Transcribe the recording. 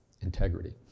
integrity